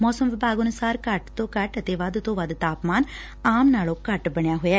ਮੌਸਮ ਵਿਭਾਗ ਅਨੁਸਾਰ ਘੱਟ ਤੋਂ ਘੱਟ ਅਤੇ ਵੱਧ ਤੋਂ ਵੱਧ ਤਾਪਮਾਨ ਆਮ ਨਾਲੋਂ ਘੱਟ ਬਣਿਆ ਹੋਇਐ